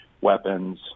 weapons